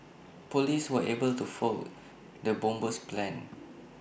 Police were able to foil the bomber's plans